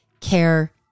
care